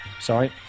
sorry